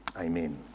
Amen